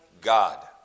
God